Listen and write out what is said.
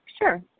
Sure